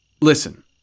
Listen